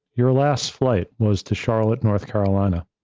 your last flight was to charlotte, north carolina,